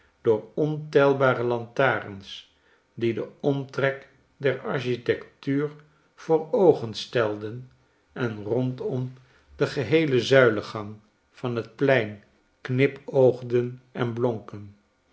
door ontelbare lantarens die den omtrek der architectuur voor oogen stelden en rondom den geheelen zuilengang van het plein knipoogden en blonken